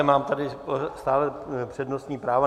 Mám tady stále přednostní práva.